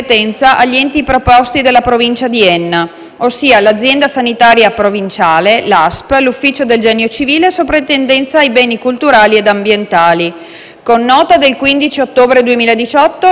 All'esito dell'attività istruttoria finalizzata alla predetta verifica, la competente soprintendenza ai beni culturali e ambientali, con nota del 14 febbraio scorso, ha espresso il proprio parere negativo.